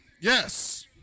Yes